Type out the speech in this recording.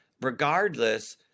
Regardless